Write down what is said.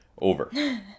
over